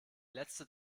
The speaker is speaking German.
letzte